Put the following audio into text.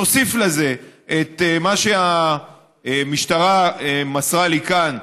תוסיף לזה את מה שהמשטרה מסרה לי כאן,